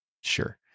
Sure